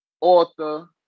author